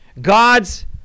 God's